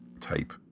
type